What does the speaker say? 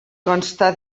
consta